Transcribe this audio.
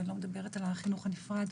ואני לא מדברת על החינוך הנפרד.